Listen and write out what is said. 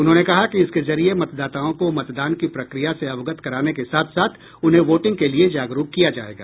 उन्होंने कहा कि इसके जरिये मतदाताओं को मतदान की प्रक्रिया से अवगत कराने के साथ साथ उन्हें वोटिंग के लिए जागरूक किया जायेगा